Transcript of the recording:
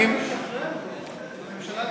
אבל היא מחליטה גם לשחרר,